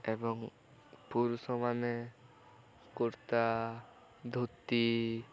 ଏବଂ ପୁରୁଷମାନେ କୁର୍ତ୍ତା ଧୋତି